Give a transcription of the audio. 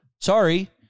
Sorry